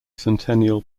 centennial